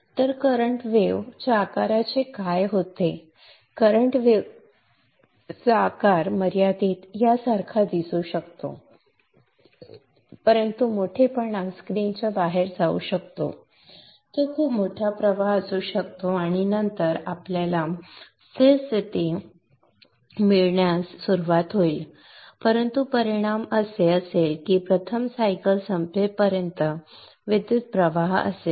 तर current wave च्या आकाराचे काय होते करंट वेव्ह चा आकार कदाचित यासारखा दिसू शकतो परंतु मोठेपणा स्क्रीनच्या बाहेर जाऊ शकतो तो खूप मोठा प्रवाह असू शकतो आणि नंतर आपल्याला स्थिर स्थिती मिळण्यास सुरवात होईल परंतु परिणाम असे असेल की प्रथम सायकल संपेपर्यंत विद्युत् प्रवाह असेल